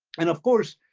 and of course,